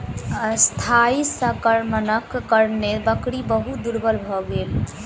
अस्थायी संक्रमणक कारणेँ बकरी बहुत दुर्बल भ गेल